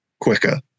quicker